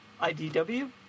IDW